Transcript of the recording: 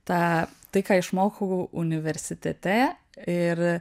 tą tai ką išmokau universitete ir